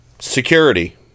Security